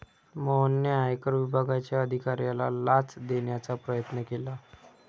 मोहनने आयकर विभागाच्या अधिकाऱ्याला लाच देण्याचा प्रयत्न केला